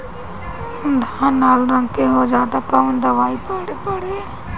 धान लाल रंग के हो जाता कवन दवाई पढ़े?